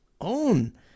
own